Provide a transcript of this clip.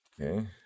Okay